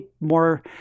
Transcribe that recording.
more